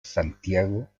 santiago